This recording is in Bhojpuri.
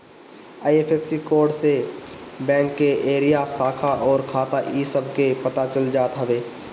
आई.एफ.एस.सी कोड से बैंक के एरिरा, शाखा अउरी खाता इ सब के पता चल जात हवे